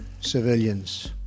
civilians